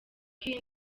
iyi